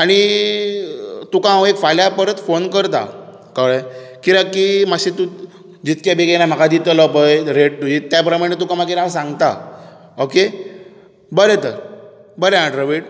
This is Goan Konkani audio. आनी तुका हांव एक फाल्यां परत फोन करतां कळ्ळें कित्याक की जितकें बेगीन म्हाका तूं दितलो पळय रेट तुजी त्या पैकी तुका मागीर हांव सांगतां ओके बरें तर बरें आं द्रविड